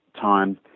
time